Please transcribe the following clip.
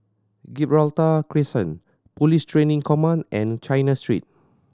Gibraltar Crescent Police Training Command and China Street